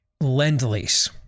lend-lease